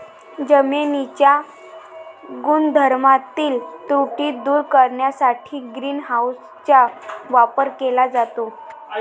जमिनीच्या गुणधर्मातील त्रुटी दूर करण्यासाठी ग्रीन हाऊसचा वापर केला जातो